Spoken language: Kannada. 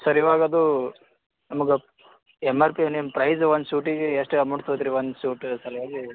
ಸರ್ ಇವಾಗ ಅದು ನಮಗೆ ಎಮ್ ಆರ್ ಪಿ ನಿಮ್ಮ ಪ್ರೈಸ್ ಒಂದು ಸೂಟಿಗೆ ಎಷ್ಟು ಅಮೌಂಟ್ ತೊಗೊತೀರಿ ಒಂದು ಸೂಟ್ ಸಲುವಾಗಿ